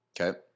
Okay